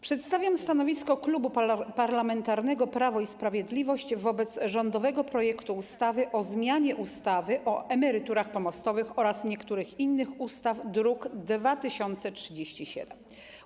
Przedstawiam stanowisko Klubu Parlamentarnego Prawo i Sprawiedliwość wobec rządowego projektu ustawy o zmianie ustawy o emeryturach pomostowych oraz niektórych innych ustaw, druk nr 2037.